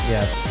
Yes